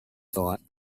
thought